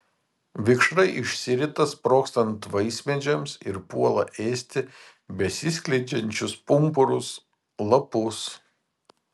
vikšrai išsirita sprogstant vaismedžiams ir puola ėsti besiskleidžiančius pumpurus lapus